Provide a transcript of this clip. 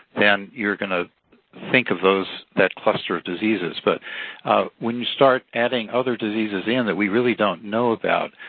then you're going to think of those, that cluster of diseases. but when you start adding other diseases in that we really don't know about,